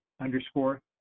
underscore